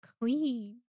clean